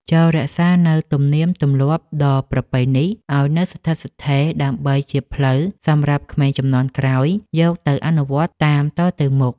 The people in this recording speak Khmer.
ចូររក្សានូវទំនៀមទម្លាប់ដ៏ប្រពៃនេះឱ្យនៅស្ថិតស្ថេរដើម្បីជាផ្លូវសម្រាប់ក្មេងជំនាន់ក្រោយយកទៅអនុវត្តតាមតទៅមុខ។